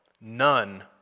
None